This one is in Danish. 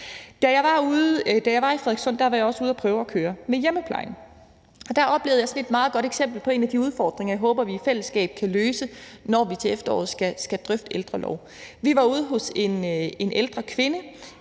Da jeg var i Frederikssund, var jeg også ude og prøve at køre med hjemmeplejen. Da oplevede jeg sådan et meget godt eksempel på en af de udfordringer, jeg håber vi i fællesskab kan løse, når vi til efteråret skal drøfte ældrelov. Vi var ude hos en ældre kvinde.